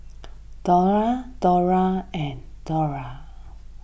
Dollah Dollah and Dollah